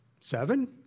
seven